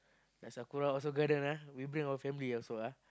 at Sakura or Seoul-Garden ah we bring our family also ah